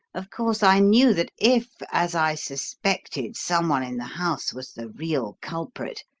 of course i knew that if, as i suspected, someone in the house was the real culprit,